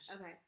Okay